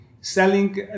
selling